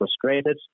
frustrated